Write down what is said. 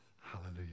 hallelujah